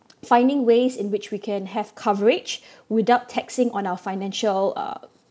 finding ways in which we can have coverage without taxing on our financial uh